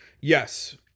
Yes